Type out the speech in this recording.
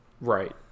Right